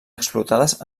explotades